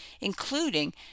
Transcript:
including